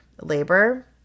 labor